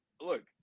look